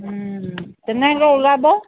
তেনেহ'লে ওলাব